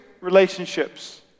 relationships